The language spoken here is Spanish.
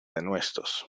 denuestos